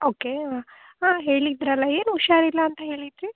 okay ಹಾಂ ಹೇಳಿದ್ದಿರಲ್ಲ ಏನು ಹುಷಾರಿಲ್ಲ ಅಂತ ಹೇಳಿದ್ದಿರಿ